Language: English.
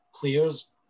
players